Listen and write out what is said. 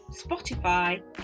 Spotify